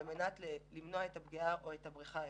על מנת למנוע את הפגיעה או את הבריחה האפשרית.